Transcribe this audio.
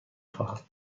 خواهم